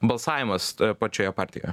balsavimas toje pačioje partijoje